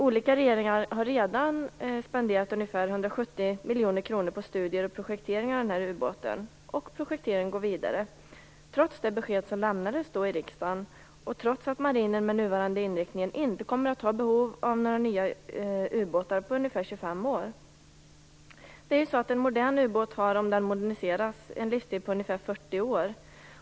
Olika regeringar har redan spenderat ca 170 miljoner kronor på studier och projektering av denna ubåt, och projekteringen går vidare, trots det besked som lämnades i riksdagen och trots att marinen med nuvarande inriktning inte kommer att ha behov av några nya ubåtar under ca 25 år. Ett modern ubåt har, om den moderniseras, en livstid på ca 40 år.